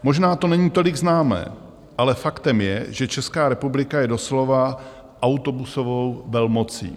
Možná to není tolik známé, ale faktem je, že Česká republika je doslova autobusovou velmocí.